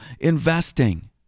investing